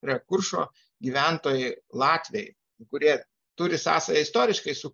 prie kuršo gyventojai latviai kurie turi sąsają istoriškai su